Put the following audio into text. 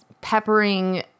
peppering